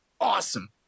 awesome